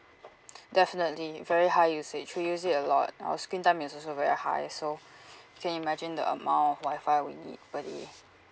definitely very high usage we use it a lot our screen time is also very high so can imagine the amount of wifi we need per day